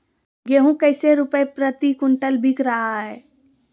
गेंहू कैसे रुपए प्रति क्विंटल बिक रहा है?